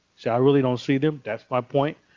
say i really don't see them. that's my point.